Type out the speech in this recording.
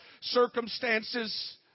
circumstances